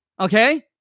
Okay